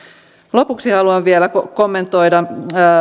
lopuksi haluan vielä kommentoida